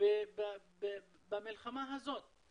במלחמה הזאת.